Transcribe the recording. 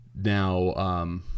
Now